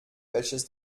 welches